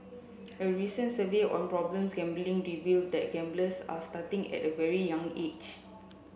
a recent survey on problems gambling reveals that gamblers are starting at very young age